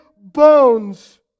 bones